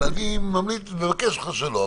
אבל אני ממליץ ומבקש ממך שלא.